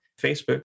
Facebook